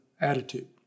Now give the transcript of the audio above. attitude